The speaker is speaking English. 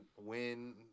win